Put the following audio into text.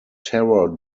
terror